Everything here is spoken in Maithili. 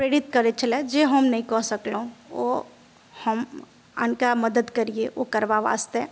प्रेरित करै छलय जे हम नहि कऽ सकलहुॅं ओ हम अनका मदद करिए ओ करबा वास्ते